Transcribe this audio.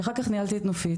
שאחר כך ניהלתי את נופית,